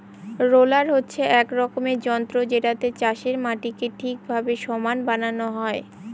roller হচ্ছে এক রকমের যন্ত্র যেটাতে চাষের মাটিকে ঠিকভাবে সমান বানানো হয়